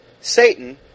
Satan